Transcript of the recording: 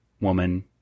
woman